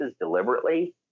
deliberately